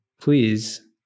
please